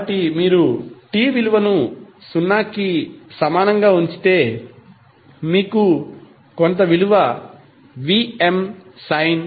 కాబట్టి మీరు t విలువను 0 కి సమానంగా ఉంచితే మీకు కొంత విలువ Vmsin ∅